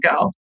go